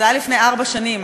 זה היה לפני ארבע שנים,